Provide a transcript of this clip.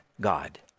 God